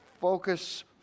focus